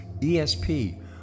ESP